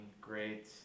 great